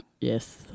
Yes